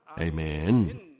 Amen